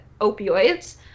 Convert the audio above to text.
opioids